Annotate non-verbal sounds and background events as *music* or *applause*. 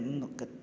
*unintelligible*